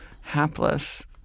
hapless